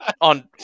on